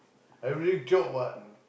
everyday chop [what]